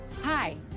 Hi